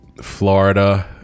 florida